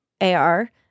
AR